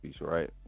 Right